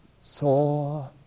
saw